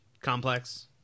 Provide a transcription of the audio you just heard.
complex